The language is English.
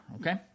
Okay